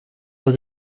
eure